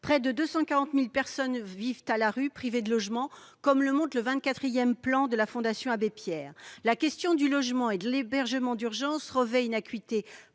Près de 240 000 personnes vivent à la rue, privées de logement, comme le montre le vingt-quatrième rapport de la Fondation Abbé Pierre. La question du logement et de l'hébergement d'urgence revêt une acuité